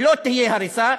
שלא תהיה הריסה.